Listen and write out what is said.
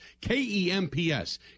K-E-M-P-S